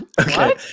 okay